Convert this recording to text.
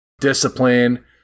discipline